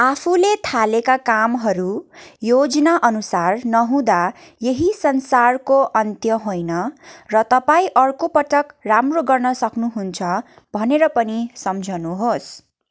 आफूले थालेका कामहरू योजनाअनुसार नहुँदा यही संसारको अन्त्य होइन र तपाईँँ अर्को पटक राम्रो गर्न सक्नुहुन्छ भनेर पनि सम्झनुहोस्